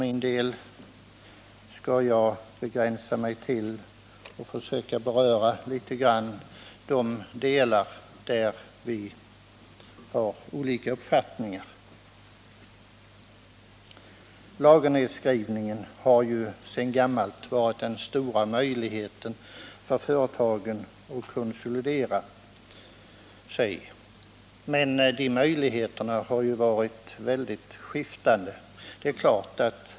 Jag skall begränsa mig till att beröra de avsnitt där vi inom utskottet har olika uppfattningar. Lagernedskrivningen är sedan gammalt den stora möjligheten för företagen att konsolidera sig. Men den möjligheten har kunnat utnyttjas mycket skiftande.